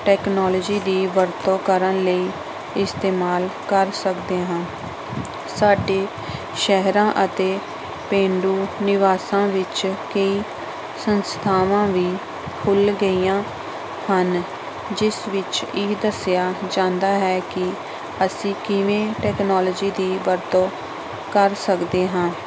technology ਦੀ ਵਰਤੋਂ ਕਰਨ ਲਈ ਇਸਤੇਮਾਲ ਕਰ ਸਕਦੇ ਹਾਂ ਸਾਡੇ ਸਹਿਰਾਂ ਅਤੇ ਪੇਂਡੂ ਨਿਵਾਸਾਂ ਵਿੱਚ ਕਈ ਸੰਸਥਾਵਾਂ ਵੀ ਖੁੱਲ੍ਹ ਗਈਆਂ ਹਨ ਜਿਸ ਵਿੱਚ ਇਹ ਦੱਸਿਆ ਜਾਂਦਾ ਹੈ ਕਿ ਅਸੀਂ ਕਿਵੇਂ ਟੈਕਨੋਲਜੀ ਦੀ ਵਰਤੋਂ ਕਰ ਸਕਦੇ ਹਾਂ